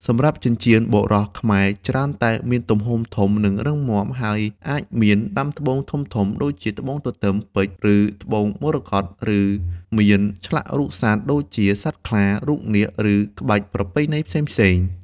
សម្រាប់ចិញ្ចៀនបុរសខ្មែរច្រើនតែមាន ទំហំធំ និងរឹងមាំ ហើយអាចមាន ដាំត្បូងធំៗ ដូចជា ត្បូងទទឹម ពេជ្រ ឬត្បូងមរកត ឬមាន ឆ្លាក់រូបសត្វ ដូចជាសត្វខ្លា រូបនាគ ឬក្បាច់ប្រពៃណីផ្សេងៗ។